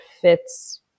fits